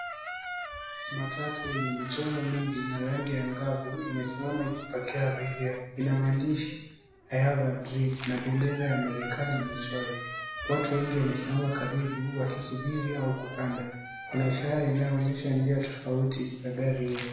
Matatu yenye michoro mingi na rangi angavu imesimama ikipakia abiria. Ina maandishi I have a dream na bendera ya Marekani imechorwa. Watu wengi wamesimama karibu wakisubiri au kupanda. Kuna ishara inayoonyesha njia tofauti ya gari hiyo.